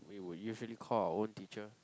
we would usually call our own teacher